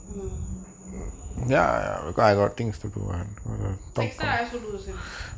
mm next time I also do same trick